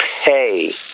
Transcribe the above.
pay